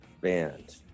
band